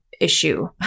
issue